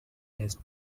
best